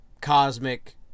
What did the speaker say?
cosmic